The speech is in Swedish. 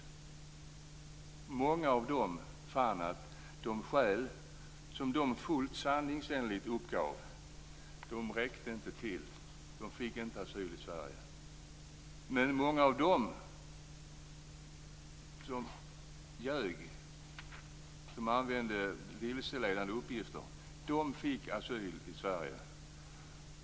Många av dem fann att de skäl som de fullt sanningsenligt uppgav inte räckte till. De fick inte asyl i Sverige. Men många av dem som ljög, som använde vilseledande uppgifter, fick asyl i Sverige.